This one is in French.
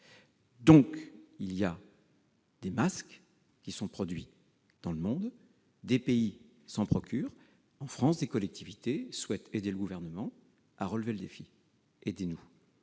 conséquent, des masques sont produits dans le monde, des pays s'en procurent et, en France, les collectivités souhaitent aider le Gouvernement à relever le défi. Aidez-nous